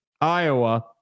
Iowa